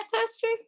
ancestry